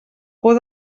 por